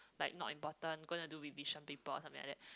like not important gonna do revision paper or something like that